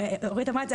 אורית אמרה את זה,